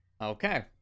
Okay